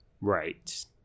right